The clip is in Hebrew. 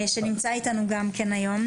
שנמצא אתנו גם כן היום.